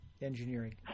engineering